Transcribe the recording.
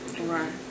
Right